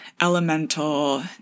elemental